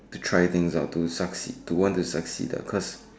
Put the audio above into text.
to try things out to succeed to want to succeed the cause